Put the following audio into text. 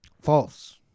False